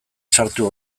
sartu